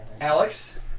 Alex